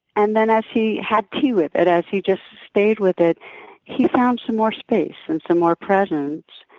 and then, as he had tea with it as he just stayed with it he found some more space and some more presence.